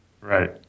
Right